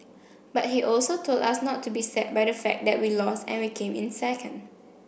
but he also told us not be sad by the fact that we lost and we came in second